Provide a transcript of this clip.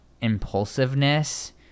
impulsiveness